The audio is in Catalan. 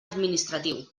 administratiu